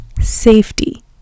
Safety